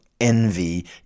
envy